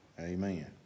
Amen